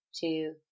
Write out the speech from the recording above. two